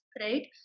right